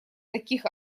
таких